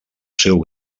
seu